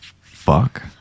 fuck